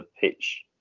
pitch